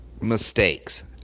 mistakes